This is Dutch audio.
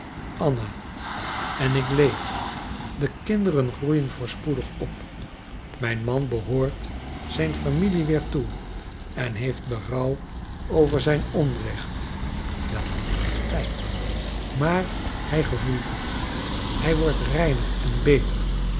anna en ik leef de kinderen groeien voorspoedig op mijn man behoort zijn familie weer toe en heeft berouw over zijn onrecht wel niet altijd maar hij gevoelt het hij wordt reiner en beter